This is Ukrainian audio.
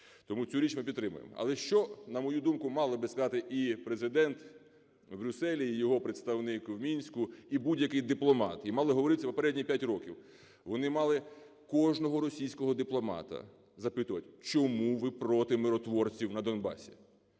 Тому цю річ ми підтримуємо. Але що, на мою думку, мали би сказати і Президент у Брюсселі, і його представник у Мінську, і будь-який дипломат, і мало говоритися попередні 5 років? Вони мали кожного російського дипломата запитувати: "Чому ви проти миротворців на Донбасі?"